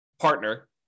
partner